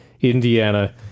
Indiana